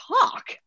talk